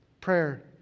Prayer